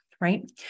right